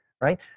right